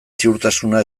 ziurtasuna